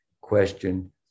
question